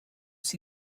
see